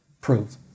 prove